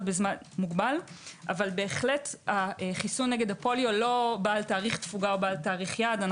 בזמן מוגבל אבל החיסון נגד הפוליו לא בעל תאריך תפוגה או תאריך יעד.